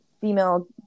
female